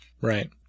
Right